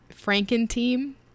Franken-team